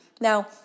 Now